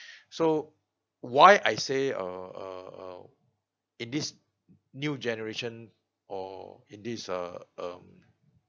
so why I say uh uh uh in this new generation or in this uh um